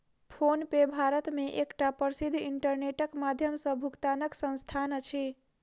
PhonePe Bharat मे एकटा प्रसिद्ध इंटरनेटक माध्यम सॅ भुगतानक संस्थान अछि